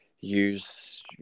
use